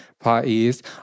parties